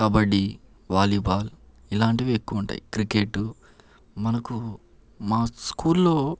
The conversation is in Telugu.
కబడ్డీ వాలీబాల్ ఇలాంటివి ఎక్కువ ఉంటాయి క్రికెట్ మనకు మా స్కూల్ లో